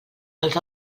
els